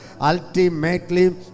Ultimately